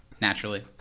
Naturally